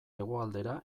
hegoaldera